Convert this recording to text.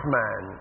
man